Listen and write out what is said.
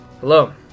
Hello